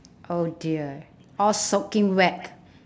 oh dear all soaking wet